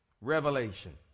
revelation